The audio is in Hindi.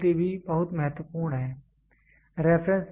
रीडेबिलिटी भी बहुत महत्वपूर्ण है